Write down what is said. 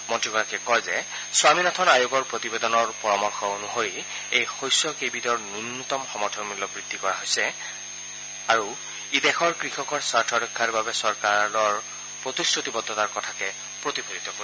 মন্ত্ৰীগৰাকীয়ে কয় যে স্বামীনাথন আয়োগৰ প্ৰতিবেদনৰ পৰামৰ্শ অনুসৰি এই শস্যকেইবিধৰ ন্যূনতম সমৰ্থন মূল্য বৃদ্ধি কৰা হৈছে আৰু ই দেশৰ কৃষকৰ স্বাৰ্থ ৰক্ষাৰ বাবে চৰকাৰৰ প্ৰতিশ্ৰতিবদ্ধতাৰ কথা প্ৰতিফলিত কৰিছে